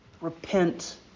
Repent